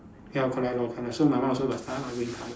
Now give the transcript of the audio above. ya correct lor correct so my one also got star green colour